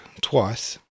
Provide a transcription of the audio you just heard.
twice